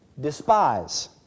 despise